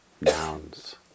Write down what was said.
nouns